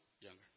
younger